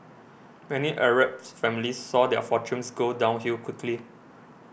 many Arab families saw their fortunes go downhill quickly